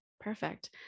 Perfect